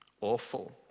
awful